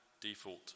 default